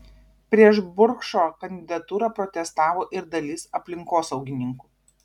prieš burkšo kandidatūrą protestavo ir dalis aplinkosaugininkų